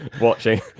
watching